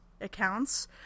accounts